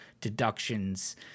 deductions